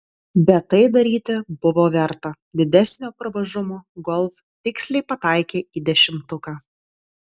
bet tai daryti buvo verta didesnio pravažumo golf tiksliai pataikė į dešimtuką